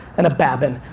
and a baben.